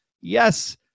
yes